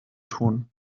tun